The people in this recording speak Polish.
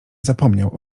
zapomniał